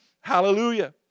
Hallelujah